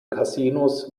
casinos